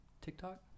TikTok